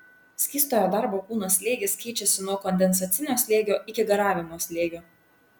skystojo darbo kūno slėgis keičiasi nuo kondensacinio slėgio iki garavimo slėgio